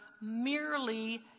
merely